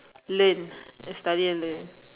learn study and learn